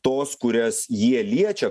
tos kurias jie liečia